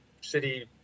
city